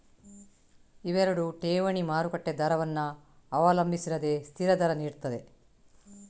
ಇವೆರಡು ಠೇವಣಿ ಮಾರುಕಟ್ಟೆ ದರವನ್ನ ಅವಲಂಬಿಸಿರದೆ ಸ್ಥಿರ ದರ ನೀಡ್ತದೆ